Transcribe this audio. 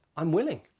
i'm willing.